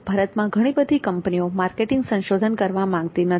ભારતમાં ઘણી બધી કંપનીઓ માર્કેટિંગ સંશોધન કરવા માંગતી નથી